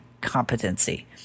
competency